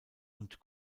und